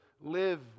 live